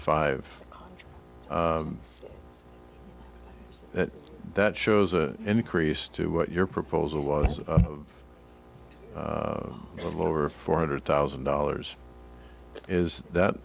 five that that shows an increase to what your proposal was a little over four hundred thousand dollars is that